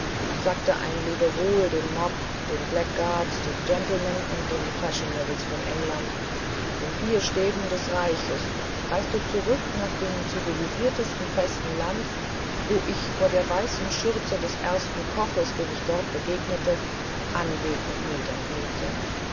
sagte ein lebewohl dem mob den blackguards den gentlemen und den fashionables von england den vier ständen des reichs und reiste zurück nach dem zivilisierten festen lande wo ich vor der weißen schürze des ersten kochs dem ich dort begegnete anbetend niederkniete